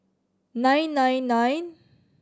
nine nine nine